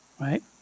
Right